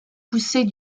poussée